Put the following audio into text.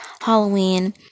halloween